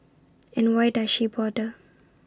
and why does she bother